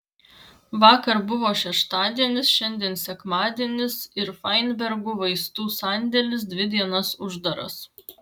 vakar buvo šeštadienis šiandien sekmadienis ir fainbergų vaistų sandėlis dvi dienas uždaras